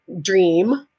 dream